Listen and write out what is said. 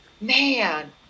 man